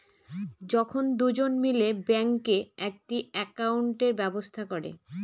যখন দুজন মিলে ব্যাঙ্কে একটি একাউন্টের ব্যবস্থা করে